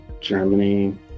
Germany